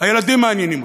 הילדים מעניינים.